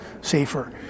safer